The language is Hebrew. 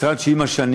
זה משרד שעם השנים